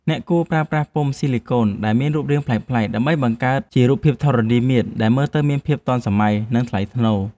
អ្នកគួរប្រើប្រាស់ពុម្ពស៊ីលីកូនដែលមានរូបរាងប្លែកៗដើម្បីបង្កើតជារូបភាពធរណីមាត្រដែលមើលទៅមានភាពទាន់សម័យ និងថ្លៃថ្នូរ។